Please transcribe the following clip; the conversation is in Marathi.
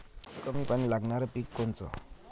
कमी पानी लागनारं पिक कोनचं?